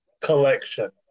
Collection